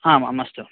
आम् आम् अस्तु